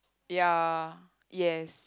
ya yes